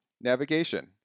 Navigation